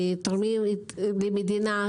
תורמים למדינה,